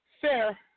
Fair